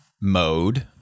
mode